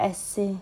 essay